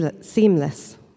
seamless